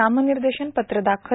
नामनिर्देशन पत्र दाखल